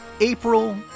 April